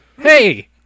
Hey